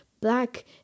black